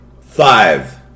Five